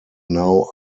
now